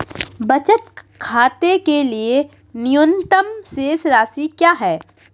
बचत खाते के लिए न्यूनतम शेष राशि क्या है?